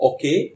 Okay